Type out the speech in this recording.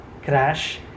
crash